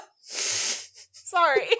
Sorry